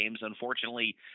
Unfortunately